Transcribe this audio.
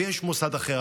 ויש מוסד אחר,